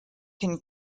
can